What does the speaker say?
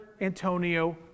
Antonio